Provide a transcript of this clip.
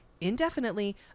indefinitely